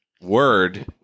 Word